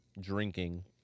drinking